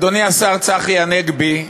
אדוני השר צחי הנגבי,